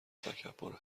تکبر